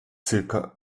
zirka